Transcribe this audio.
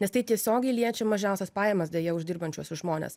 nes tai tiesiogiai liečia mažiausias pajamas deja uždirbančius žmones